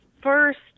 first